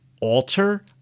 alter